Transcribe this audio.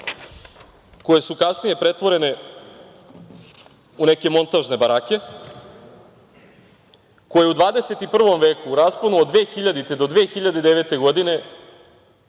koje su kasnije pretvorene u neke montažne barake, koje u XXI veku, u rasponu od 2000. do 2009. godine,